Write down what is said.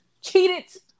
cheated